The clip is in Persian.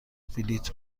بلیط